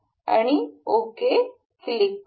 आणि okay click करा